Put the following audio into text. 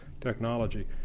technology